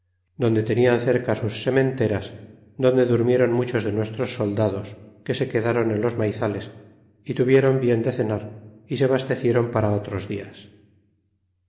donde tenian cerca sus sementeras donde durmieron muchos de nuestros soldados que se quedron en los maizales y tuvieron bien de cenar y se basteciéron para otros dias